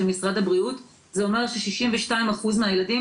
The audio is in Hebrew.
של משרד הבריאות זה אומר ש-62 אחוזים מהילדים